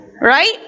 right